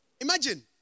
Imagine